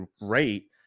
rate